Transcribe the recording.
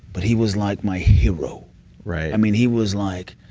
but he was like my hero right i mean, he was like